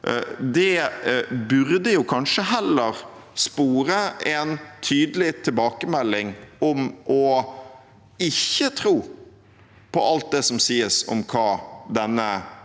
burde kanskje heller spore en tydelig tilbakemelding om ikke å tro på alt det som sies om hva denne